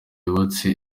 yubatse